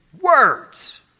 Words